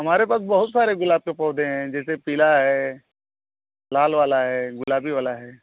हमारे पास बहुत सारे गुलाब के पौधे हें जैसे पीला है लाल वाला है गुलाबी वाला है